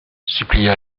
supplia